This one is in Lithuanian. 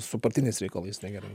su partiniais reikalais negerai